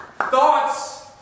Thoughts